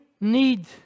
need